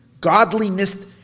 godliness